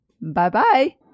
bye-bye